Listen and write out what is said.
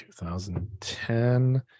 2010